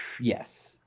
Yes